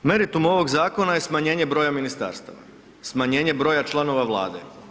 Meritum ovog zakona je smanjenje broja ministarstava, smanjenje broja članova vlade.